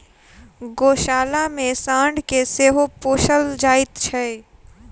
गोशाला मे साँढ़ के सेहो पोसल जाइत छै